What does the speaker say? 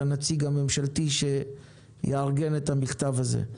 את הנציג הממשלתי שיארגן את המכתב הזה.